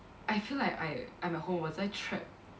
I feel like I I'm at home 我在 trapped